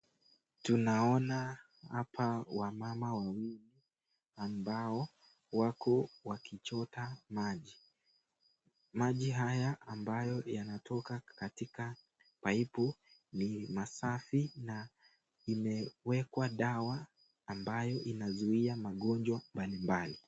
Tunaona hapa wamama wawili ambao wako wakichota maji. Maji haya ambayo yanatoka katika pipu hili ni masafi na iliwekwa dawa ambayo inazuia magonjwa mbali mbali.